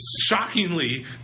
Shockingly